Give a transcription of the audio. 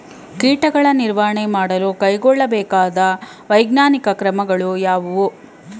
ಕೀಟಗಳ ನಿರ್ವಹಣೆ ಮಾಡಲು ಕೈಗೊಳ್ಳಬೇಕಾದ ವೈಜ್ಞಾನಿಕ ಕ್ರಮಗಳು ಯಾವುವು?